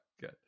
good